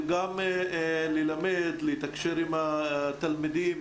גם ללמד ולתקשר עם התלמידים,